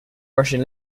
russian